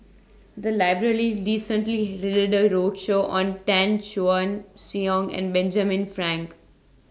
The Library recently did A roadshow on Chan Choy Siong and Benjamin Frank